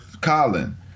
colin